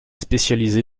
spécialisé